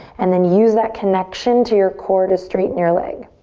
and then use that connection to your core to straighten your leg.